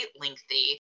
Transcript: lengthy